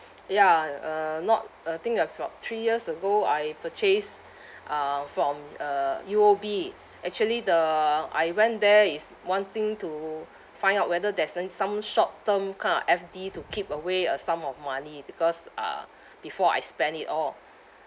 ya uh not I think I've got three years ago I purchased uh from uh U_O_B actually the I went there is one thing to find out whether there's like some short term kind of F_D to keep away a sum of money because uh before I spend it all